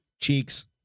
Cheeks